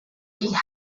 die